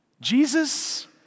Jesus